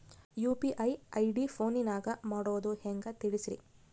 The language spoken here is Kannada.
ಯು.ಪಿ.ಐ ಐ.ಡಿ ಫೋನಿನಾಗ ಮಾಡೋದು ಹೆಂಗ ತಿಳಿಸ್ರಿ?